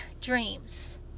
dreams